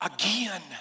again